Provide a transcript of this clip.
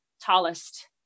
tallest